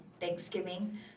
Thanksgiving